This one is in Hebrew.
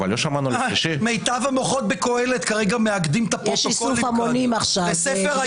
מיטב המוחות בקהלת כרגע מעבדים את הפרוטוקולים כאן לספר.